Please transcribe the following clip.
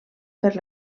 per